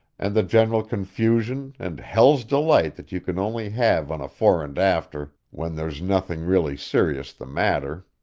and the general confusion and hell's delight that you can only have on a fore-and-after when there's nothing really serious the matter.